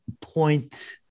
point